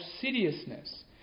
seriousness